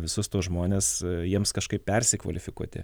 visus tuos žmones jiems kažkaip persikvalifikuoti